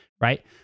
right